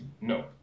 No